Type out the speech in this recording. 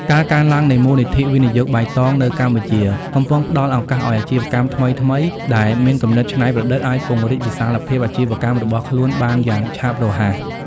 ការកើនឡើងនៃមូលនិធិវិនិយោគបៃតង នៅកម្ពុជា កំពុងផ្ដល់ឱកាសឱ្យអាជីវកម្មថ្មីៗ ដែលមានគំនិតច្នៃប្រឌិតអាចពង្រីកវិសាលភាពអាជីវកម្មរបស់ខ្លួនបានយ៉ាងឆាប់រហ័ស។